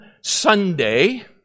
Sunday